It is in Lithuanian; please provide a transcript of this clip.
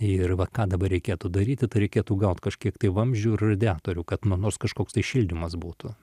ir va ką dabar reikėtų daryti tai reikėtų gauti kažkiek vamzdžių ir radiatorių kad nors kažkoks tai šildymas būtų